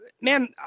man